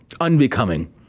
Unbecoming